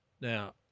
Now